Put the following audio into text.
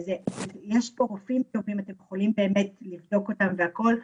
יש פה רופאים טובים שאתם יכולים באמת לבדוק אותם והכל,